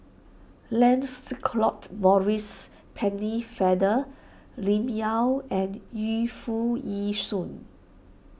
Lancelot Maurice Pennefather Lim Yau and Yu Foo Yee Shoon